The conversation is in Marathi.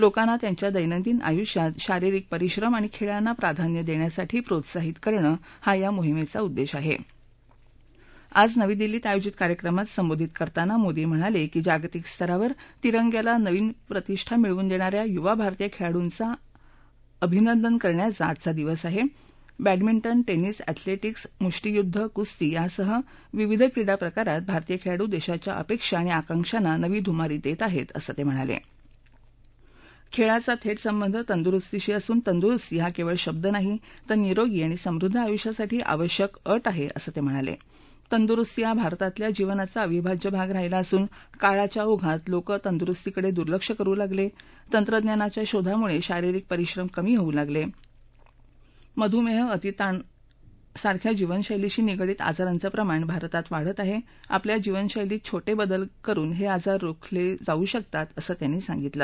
लोकांना त्यांच्या दैनंदिन आयुष्यात शारिरीक परिश्रम आणि खळीना प्राधान्य दप्यासाठी प्रोत्साहित करणं हा या मोहिमद्या उद्दध्या आहा आज नवी दिल्लीत आयोजित कार्यक्रमात संबोधित करताना मोदी म्हणाला क्री जागतिक स्तरावर तिरंग्याला नवीन प्रतिष्ठा मिळवून दण्ण या युवा भारतीय खळीडूंचा अभिमान करण्याचा आजचा दिवस आहा बेहामिटन टर्मिस अध्यलटिक्स मुष्टीयुद्ध कुस्ती यासह विविध क्रीडा प्रकारांमधभ्रारतीय खळिडू दक्षीच्या अपक्षी आणि आकांक्षांना नवी धुमारी दक्षीआहक्ती असं तक् म्हणाल खिळीचा थेट संबंध तंदुरुस्तीशी असून तंदुरुस्ती हा क्खिळ शब्द नाही तर निरोगी आणि समृद्ध आयुष्यासाठी आवश्यक अट आहा असं ताम्हिणाला मेंदुरुस्ती हा भारतातील जीवनाचा अविभाज्य भाग राहिला असून काळाच्या ओघात लोक तंदुरुस्तीकडावुर्लक्ष करु लागल सारख्या जीवनशैलीशी निगडित आजारांचं प्रमाण भारतात वाढत आह आपल्या जीवनशैलीतील छोट बदल हाआजार रोखू शकतात असं त्यांनी सांगितलं